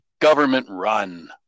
government-run